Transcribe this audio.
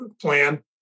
plan